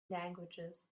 languages